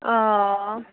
অঁ